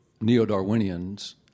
neo-Darwinians